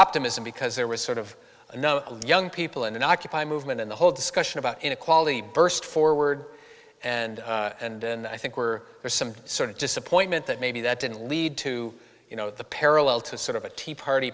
optimism because there was sort of another young people in the occupy movement in the whole discussion about inequality burst forward and and and i think were there some sort of disappointment that maybe that didn't lead to you know the parallel to sort of a tea party